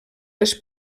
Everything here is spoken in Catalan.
les